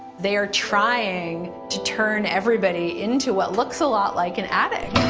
they're trying to turn everybody into what looks a lot like an addict.